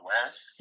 West